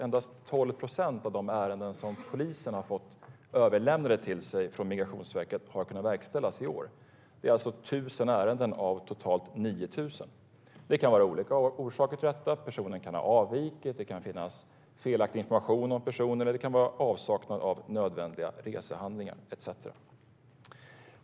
Endast 12 procent av de ärenden som polisen har fått överlämnade till sig från Migrationsverket har kunnat verkställas i år. Det är alltså 1 000 av totalt 9 000 ärenden. Det kan vara olika orsaker till detta. Personen kan ha avvikit, det kan finnas felaktig information om personen, det kan vara avsaknad av nödvändiga resehandlingar etcetera.